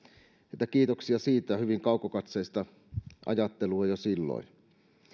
että kiitoksia siitä hyvin kaukokatseista ajattelua jo silloin